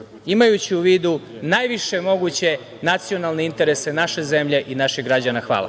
imajući u vidu najviše moguće nacionalne interese naše zemlje i naših građana. Hvala.